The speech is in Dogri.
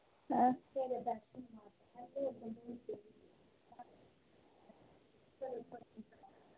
हां